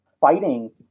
fighting